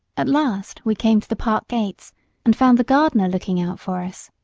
at last we came to the park gates and found the gardener looking out for us.